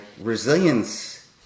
resilience